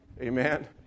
Amen